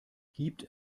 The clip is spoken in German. gibt